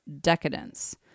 decadence